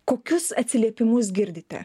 kokius atsiliepimus girdite